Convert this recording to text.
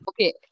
Okay